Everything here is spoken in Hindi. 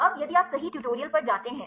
अब यदि आप सही ट्यूटोरियल पर जाते हैं